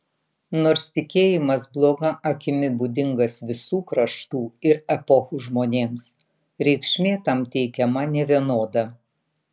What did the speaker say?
nors tikėjimas bloga akimi būdingas visų kraštų ir epochų žmonėms reikšmė tam teikiama nevienoda